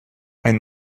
ein